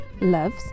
loves